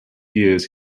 years